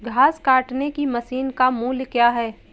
घास काटने की मशीन का मूल्य क्या है?